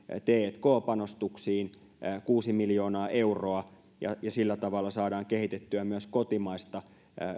tk panostuksiin kuusi miljoonaa euroa ja sillä tavalla saadaan kehitettyä myös kotimaista